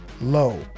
low